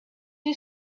you